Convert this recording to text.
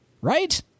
right